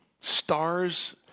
stars